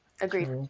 Agreed